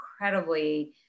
incredibly